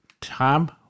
Tom